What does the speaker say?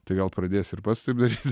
tai gal pradės ir pats taip daryt